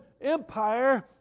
empire